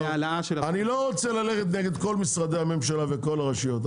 אני רוצה ללכת כנגד כל משרדי הממשלה וכל הרשויות,